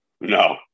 no